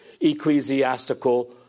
ecclesiastical